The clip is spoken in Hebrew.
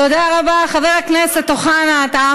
לא על חשבוננו, לא מהכיס שלנו.